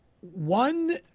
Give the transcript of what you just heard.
One